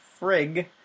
frig